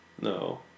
No